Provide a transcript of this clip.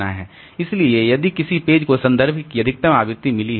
इसलिए यदि किसी पेज को संदर्भ की अधिकतम आवृत्ति मिली है